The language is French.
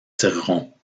tirerons